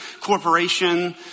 corporation